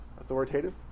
authoritative